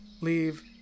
leave